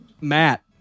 Matt